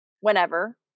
whenever